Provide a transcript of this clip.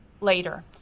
later